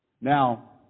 Now